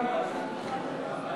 הצעת חוק